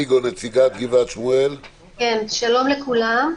שלום לכולם,